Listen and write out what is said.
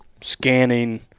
scanning